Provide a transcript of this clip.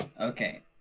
Okay